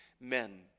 men